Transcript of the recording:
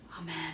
Amen